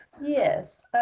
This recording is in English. yes